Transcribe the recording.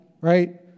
right